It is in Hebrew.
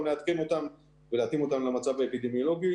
לעדכן אותם ולהתאים אותם למצב האפידמיולוגי.